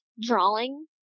drawing